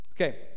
Okay